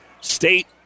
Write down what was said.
State